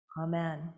amen